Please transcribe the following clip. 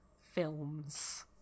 films